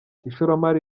ishoramari